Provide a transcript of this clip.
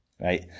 right